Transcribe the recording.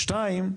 שתיים,